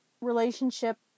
relationship